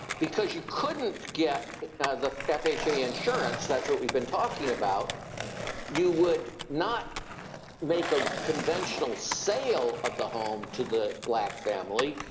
because you couldn't get the yeah fha insurance that's what we've been talking about you would not make a conventional sale of the home to the black family.